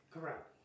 Correct